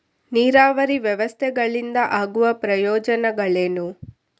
ನೀರಾವರಿ ವ್ಯವಸ್ಥೆಗಳಿಂದ ಆಗುವ ಪ್ರಯೋಜನಗಳೇನು?